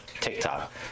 TikTok